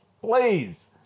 Please